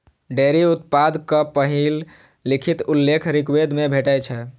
dairy उत्पादक पहिल लिखित उल्लेख ऋग्वेद मे भेटै छै